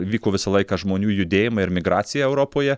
vyko visą laiką žmonių judėjimai ir migracija europoje